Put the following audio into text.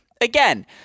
Again